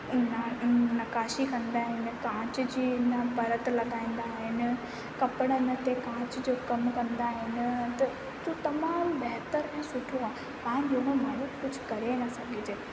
ईंदा आहिनि नक़ाशी कंदा आहिनि कांच जी है ना परत लॻाईंदा आहिनि कपिड़नि ते कांच जो कमु कंदा आहिनि त त तमामु बहितर ऐं सुठो आहे कुझु करे न सघिजे